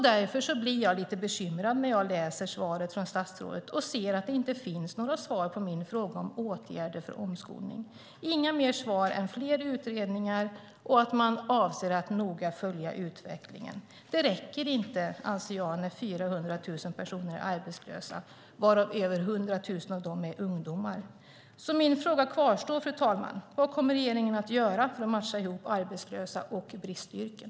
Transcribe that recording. Därför blir jag lite bekymrad när jag läser statsrådets svar och ser att där inte ges några svar på min fråga om åtgärder för omskolning. Jag får inget annat svar än att det görs fler utredningar och att man avser att noga följa utvecklingen. Det räcker inte, anser jag, när 400 000 personer är arbetslösa, varav över 100 000 ungdomar. Min fråga kvarstår därför, fru talman: Vad kommer regeringen att göra för att matcha ihop arbetslösa och bristyrken?